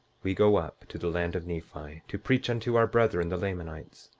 we go up to the land of nephi, to preach unto our brethren, the lamanites,